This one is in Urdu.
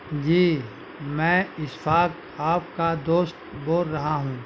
جی میں اشفاق آپ کا دوست بول رہا ہوں